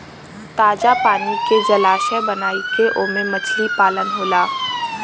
ताजा पानी के जलाशय बनाई के ओमे मछली पालन होला